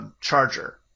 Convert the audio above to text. Charger